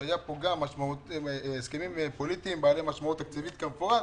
שהיו פה גם הסכמים פוליטיים בעלי משמעות תקציבית כמפורט,